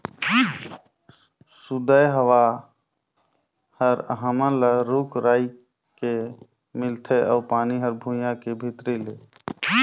सुदय हवा हर हमन ल रूख राई के मिलथे अउ पानी हर भुइयां के भीतरी ले